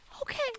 Okay